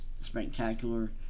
spectacular